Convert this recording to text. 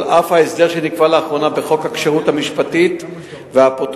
על אף ההסדר שנקבע לאחרונה בחוק הכשרות המשפטית והאפוטרופסות,